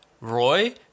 Roy